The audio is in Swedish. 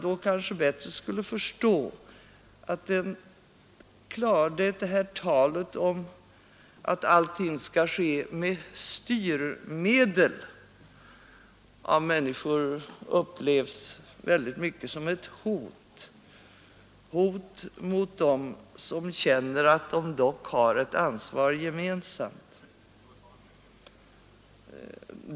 Då kanske man bättre förstår att det här talet om att allting skall ske med styrmedel upplevs av människorna väldigt mycket som ett hot mot dem som känner att de dock har ett ansvar gemensamt.